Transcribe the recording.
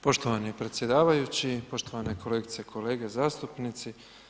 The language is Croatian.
Poštovani predsjedavajući, poštovane kolegice i kolege zastupnici.